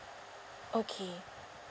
okay